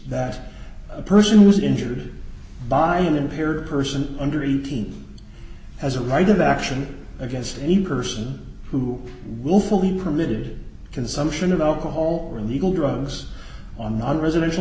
that a person who was injured by an impaired person under eighteen has a right of action against any person who willfully permitted consumption of alcohol or illegal drugs on the residential